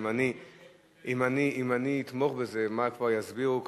כי אם אני אתמוך בזה, מה כבר יסבירו בדימויים,